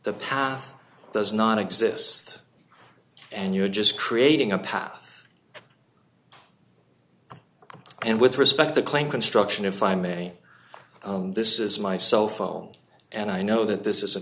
the path does not exist and you're just creating a path and with respect the claim construction if i may own this is my cell phone and i know that this is a